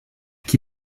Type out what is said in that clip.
qui